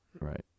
Right